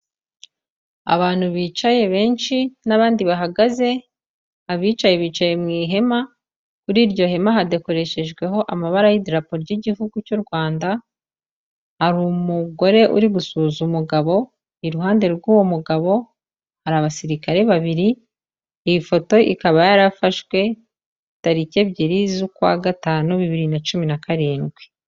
Abantu bicaye benshi n'abandi bahagaze, abicaye bicaye mu ihema kuri iryo hema hadekoreshejweho amabara y'idarapo ry'igihugu cy'u Rwanda, hari umugore uri gusuhuza umugabo, iruhande rw'uwo mugabo hari abasirikare babiri, iyi foto ikaba yarafashwe tariki ebyiri z'ukwa gatanu bibiri na cumi na karindwi.